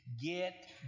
Get